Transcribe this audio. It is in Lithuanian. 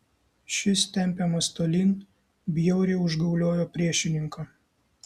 šis tempiamas tolyn bjauriai užgauliojo priešininką